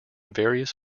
various